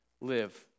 live